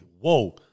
whoa